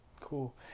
Cool